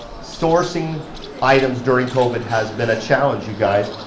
sourcing items during covid has been a challenge you guys.